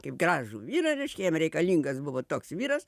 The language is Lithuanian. kaip gražų vyrą reiškia jiem reikalingas buvo toks vyras